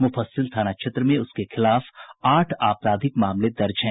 मुफस्सिल थाना क्षेत्र में उसके खिलाफ आठ आपराधिक मामले दर्ज हैं